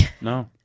No